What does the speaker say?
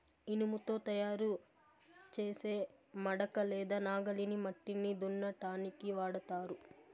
ఇనుముతో తయారు చేసే మడక లేదా నాగలిని మట్టిని దున్నటానికి వాడతారు